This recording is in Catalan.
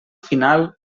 final